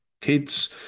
kids